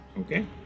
Okay